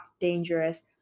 dangerous